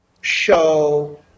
show